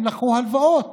הם לקחו הלוואות